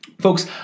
Folks